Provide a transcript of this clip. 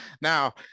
now